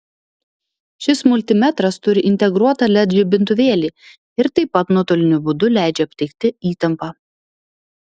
šis multimetras turi integruotą led žibintuvėlį ir taip pat nuotoliniu būdu leidžia aptikti įtampą